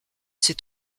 ses